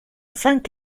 cinq